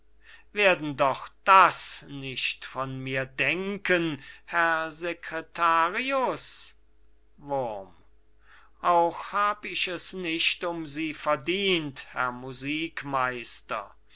werden doch das nicht von mir denken herr secretarius wurm auch hab ich es nicht um sie verdient herr